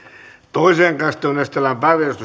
toiseen käsittelyyn esitellään päiväjärjestyksen